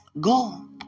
go